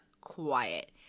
quiet